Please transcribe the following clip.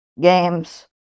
games